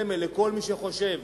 סמל לכל מי שחושב,